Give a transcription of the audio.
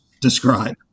describe